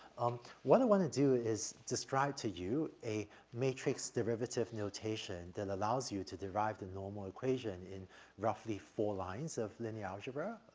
um, what i wanna do is describe to you a matrix derivative notation that allows you to derive the normal equation in roughly four lines of linear algebra, ah,